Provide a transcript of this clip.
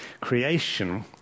creation